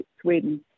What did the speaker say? Sweden